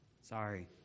Sorry